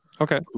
Okay